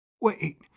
Wait